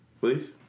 please